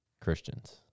Christians